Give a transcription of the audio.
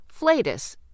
flatus